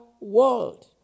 world